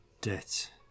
debt